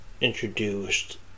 introduced